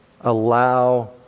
allow